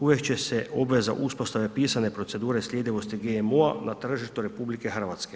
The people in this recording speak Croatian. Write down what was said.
Uvest će se obveza uspostave pisne procedure sljedivosti GMO-a na tržište RH.